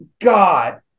god